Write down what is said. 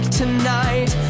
tonight